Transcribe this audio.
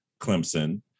Clemson